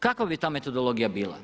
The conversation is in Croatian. Kakva bi ta metodologija bila?